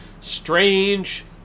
strange